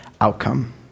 outcome